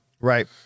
Right